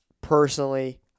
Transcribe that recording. Personally